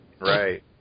Right